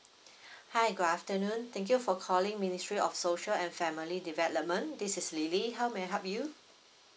hi good afternoon thank you for calling ministry of social and family development this is lily how may I help you